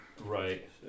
Right